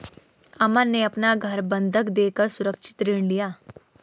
अमन ने अपना घर बंधक देकर सुरक्षित ऋण लिया